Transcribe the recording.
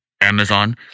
Amazon